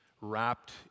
wrapped